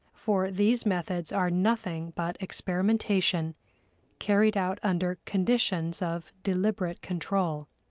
for these methods are nothing but experimentation carried out under conditions of deliberate control.